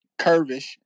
curvish